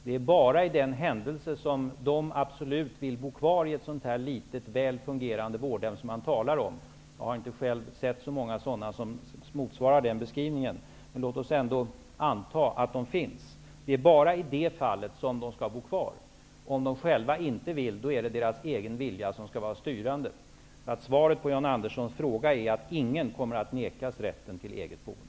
Det är bara för den händelse att människor absolut vill bo kvar i ett sådant här litet väl fungerande vårdhem som det talas om -- jag har inte själv sett så många sådana som motsvarar beskrivningen, men låt oss ändå anta att de finns -- som de skall bo kvar. Om de själva inte vill bo kvar, är det deras egen vilja som skall vara styrande. Svaret på Jan Anderssons fråga är att ingen kommer att nekas rätten till eget boende.